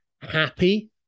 happy